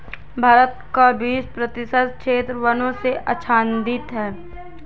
भारत का बीस प्रतिशत क्षेत्र वनों से आच्छादित है